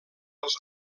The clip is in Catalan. els